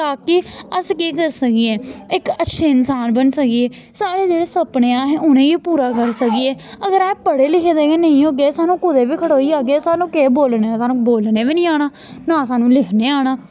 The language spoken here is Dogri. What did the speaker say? ताकि अस केह् करी सकिये इक अच्छे इंसान बनी सकिये साढ़े जेह्ड़े सपने असें उ'नेंगी पूरा कर सके अगर अस पढ़े लिखे दे गै नेईं होगे सानूं कुदै बी खड़ोई जाह्गे सानूं केह् बोल सानूं बोलने बी निं आना ना सानूं लिखने आना